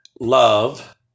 love